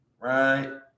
right